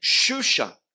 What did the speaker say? shusha